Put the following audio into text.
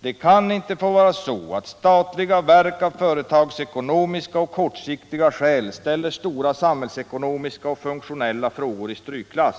”Det kan inte få vara så att statliga verk av företagsekonomiska och kortsiktiga skäl ställer stora samhällsekonomiska och funktionella frågor i strykklass.